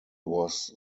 was